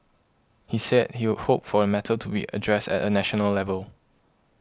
he said he would hoped for the matter to be addressed at a national level